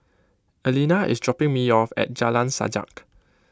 Elena is dropping me off at Jalan Sajak